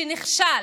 שנכשל.